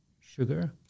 sugar